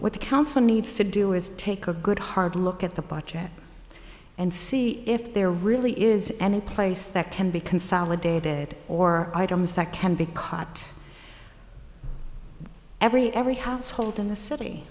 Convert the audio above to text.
what the council needs to do is take a good hard look at the project and see if there really is any place that can be consolidated or items that can be caught every every household in the city